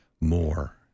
more